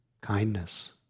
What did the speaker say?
kindness